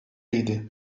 idi